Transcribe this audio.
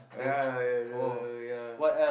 yeah the yeah